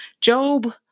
Job